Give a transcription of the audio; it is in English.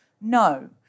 no